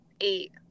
eight